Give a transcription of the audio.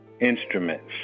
instruments